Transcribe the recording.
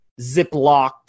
ziplocked